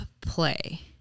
play